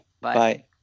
Bye